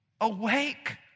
Awake